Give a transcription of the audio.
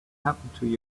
happened